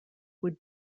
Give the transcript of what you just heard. would